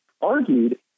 argued